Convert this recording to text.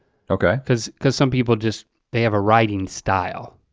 okay. because because some people just they have a writing style.